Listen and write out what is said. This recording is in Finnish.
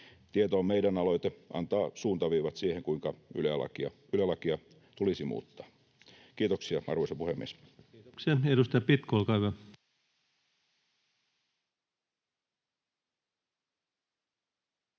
Tieto on meidän ‑aloite antaa suuntaviivat siihen, kuinka Yle-lakia tulisi muuttaa. — Kiitoksia, arvoisa puhemies. Kiitoksia. — Edustaja Pitko, olkaa hyvä.